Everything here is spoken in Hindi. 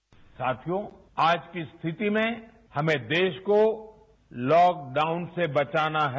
बाइट साथियों आज की स्थिति में हमें देश को लॉकडाउन से बचाना है